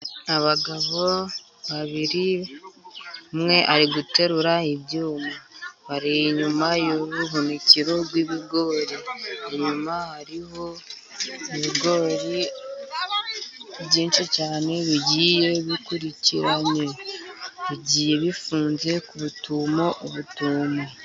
Abagabo babiri umwe ari guterura ibyuma, bari inyuma y'ubuhunikiro bw'ibigori. Inyuma hariho ibigori byinshi cyane, bigiye bikurikiranye, bigiye bifunze butumo butumo.